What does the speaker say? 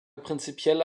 prinzipielle